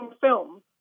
film